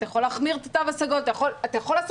אתה יכול להחמיר את התו הסגול,